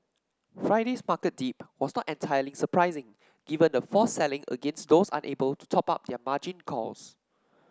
Friday's market dip was not entirely surprising given the forced selling against those unable to top up their margin calls